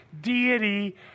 deity